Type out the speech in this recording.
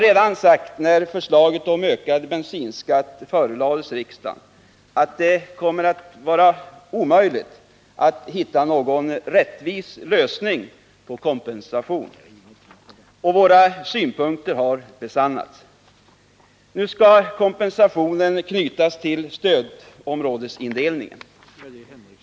Redan när förslaget om höjd bensinskatt förelades riksdagen sade vi att det skulle bli omöjligt att hitta någon rättvis lösning på frågan om kompensation, och våra aningar har besannats. Nu skall kompensationen knytas till stödområdesindelningen.